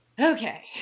okay